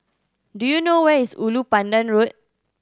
do you know where is Ulu Pandan Road